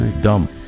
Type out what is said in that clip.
Dumb